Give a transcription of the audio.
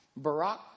Barack